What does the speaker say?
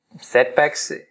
setbacks